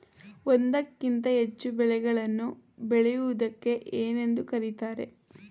ಒಂದಕ್ಕಿಂತ ಹೆಚ್ಚು ಬೆಳೆಗಳನ್ನು ಬೆಳೆಯುವುದಕ್ಕೆ ಏನೆಂದು ಕರೆಯುತ್ತಾರೆ?